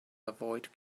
avoid